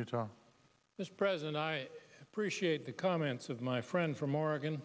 utah this president i appreciate the comments of my friend from oregon